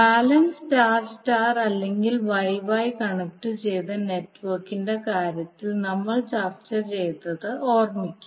balanced star star അല്ലെങ്കിൽ Y Y കണക്റ്റുചെയ്ത നെറ്റ്വർക്കിന്റെ കാര്യത്തിൽ നമ്മൾ ചർച്ച ചെയ്തത് ഓർമിക്കാം